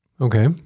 Okay